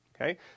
Okay